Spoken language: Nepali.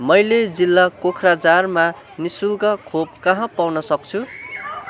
मैले जिल्ला कोक्राझारमा नि शुल्क खोप कहाँ पाउन सक्छु